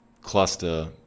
cluster